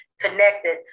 connected